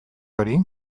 hori